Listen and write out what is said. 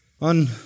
On